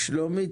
שלומית,